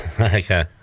Okay